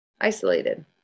Isolated